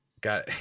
got